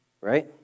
right